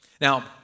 Now